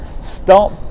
Stop